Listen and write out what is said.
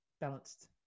balanced